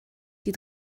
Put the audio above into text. die